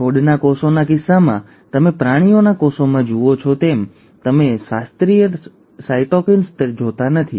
તેથી છોડના કોષોના કિસ્સામાં તમે પ્રાણીઓના કોષોમાં જુઓ છો તેમ તમે શાસ્ત્રીય સાયટોકિન્સિસ જોતા નથી